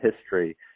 history